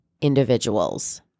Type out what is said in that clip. individuals